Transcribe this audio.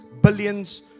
billions